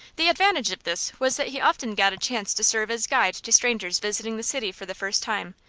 the advantage of this was that he often got a chance to serve as guide to strangers visiting the city for the first time,